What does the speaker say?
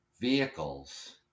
vehicles